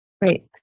Great